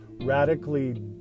radically